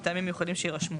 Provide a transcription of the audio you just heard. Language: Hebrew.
מטעמים מיוחדים שיירשמו.